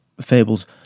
fables